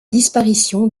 disparition